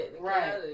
Right